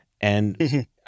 And-